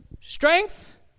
strength